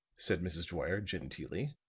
said mrs. dwyer, genteelly.